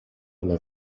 alla